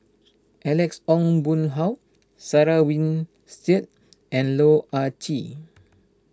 Alex Ong Boon Hau Sarah Winstedt and Loh Ah Chee